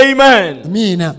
Amen